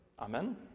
Amen